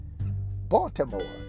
Baltimore